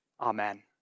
Amen